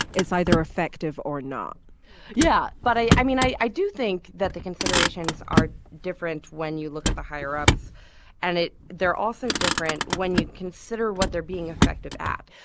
it's either effective or not yeah. but i mean, i i do think that the considerations are different when you look at the higher ups and they're also different when you consider what they're being effective at.